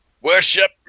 worship